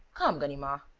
come, ganimard,